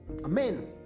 amen